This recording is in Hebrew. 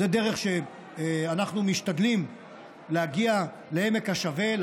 זו דרך שאנחנו משתדלים להגיע לעמק השווה,